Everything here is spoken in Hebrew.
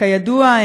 כידוע,